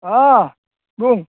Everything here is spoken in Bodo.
अ बुं